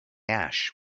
ash